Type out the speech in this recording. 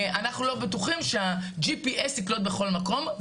הוא שהם לא בטוחים שהג'י-פי-אס יקלוט בכל מקום,